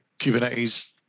Kubernetes